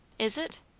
is it?